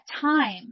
time